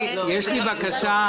ישיבה ותטפלו בזה.